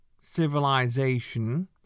civilization